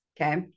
okay